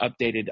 updated